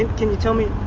and can you tell me